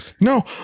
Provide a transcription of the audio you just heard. no